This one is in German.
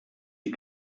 die